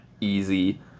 easy